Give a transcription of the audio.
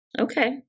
Okay